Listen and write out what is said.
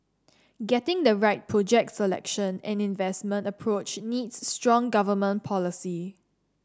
getting the right project selection and investment approach needs strong government policy